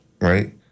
right